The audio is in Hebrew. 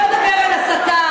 בואו נדבר על הסתה,